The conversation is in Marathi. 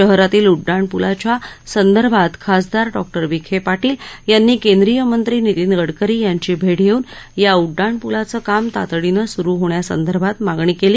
शहरातील उङ्डाणपुलाच्या संदर्भात खासदार डॉक्टर विखे पाटील यांनी केंद्रीय मंत्री नितीन गडकरी यांची भेट घेवून या उड्डाणप्लाचं काम तातडीनं सुरू होण्यासंदर्भात मागणी केली